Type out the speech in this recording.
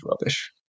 rubbish